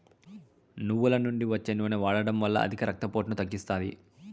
నువ్వుల నుండి వచ్చే నూనె వాడడం వల్ల అధిక రక్త పోటును తగ్గిస్తాది